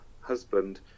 husband